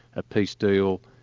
a peace deal.